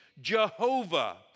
Jehovah